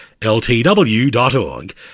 ltw.org